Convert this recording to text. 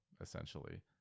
essentially